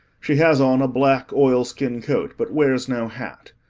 she has on a black, oilskin coat, but wears no hat.